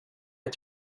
att